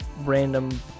random